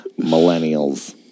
Millennials